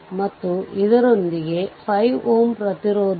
ಆದ್ದರಿಂದ ಇದರ ಉದ್ದಕ್ಕೂ 8 Ω ತೆರೆದಿದೆ